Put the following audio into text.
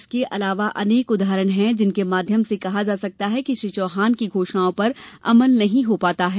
इसके अलावा अनेक उदाहरण है जिनके माध्यम से कहा जा सकता है कि श्री चौहान कि घोषणाओं पर अमल नहीं हो पा रहा है